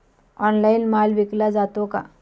Online माल विकला जातो का?